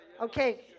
okay